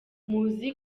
muzi